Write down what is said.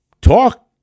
talk